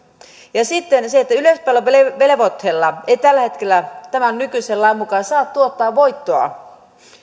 ja sitten se että yleispalveluvelvoitteella ei tällä hetkellä tämän nykyisen lain mukaan saa tuottaa voittoa